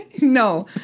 No